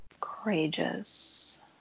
Courageous